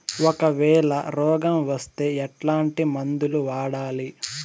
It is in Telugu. ఒకవేల రోగం వస్తే ఎట్లాంటి మందులు వాడాలి?